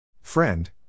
Friend